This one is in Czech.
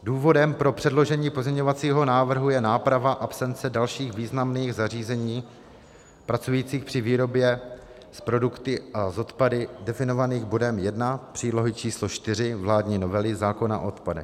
Důvodem pro předložení pozměňovacího návrhu je náprava absence dalších významných zařízení pracujících při výrobě s produkty a s odpady, definovaných bodem 1 přílohy č. 4 vládní novely zákona o odpadech.